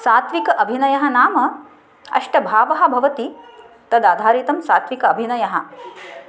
सात्विकः अभिनयः नाम अष्टभावः भवति तदाधारितं सात्विक अभिनयः